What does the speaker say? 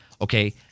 okay